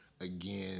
again